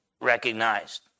recognized